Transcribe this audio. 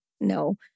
No